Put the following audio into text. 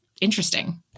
interesting